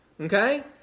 okay